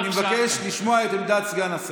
אני מבקש לשמוע את עמדת סגן השר.